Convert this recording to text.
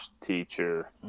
teacher